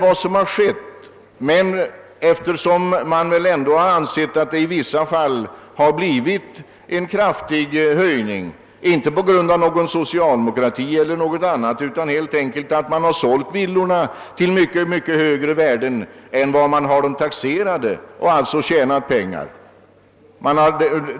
Att det ändock i vissa fall har blivit en relativt kraftig höjning av skattebelastningen har inte sin grund i någon socialdemokratisk politik, utan har skett helt enkelt därför att villor sålts till avsevärt högre pris än taxeringsvärdena, varigenom vederbörande kunnat tjäna pengar.